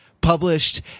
published